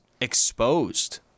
exposed